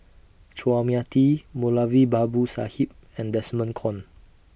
Chua Mia Tee Moulavi Babu Sahib and Desmond Kon